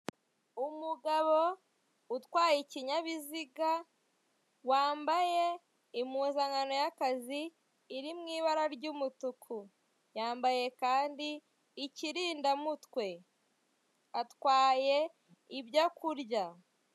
Umugabo utwaye ikinyabiziga wambaye impuzankano y'akazi iri mu ibara ry'umutuku, yambaye kandi ikirindamutwe, atwaye ibyo kurya.